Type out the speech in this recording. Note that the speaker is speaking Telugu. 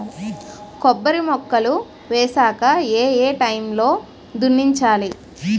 కొబ్బరి మొక్కలు వేసాక ఏ ఏ టైమ్ లో దున్నించాలి?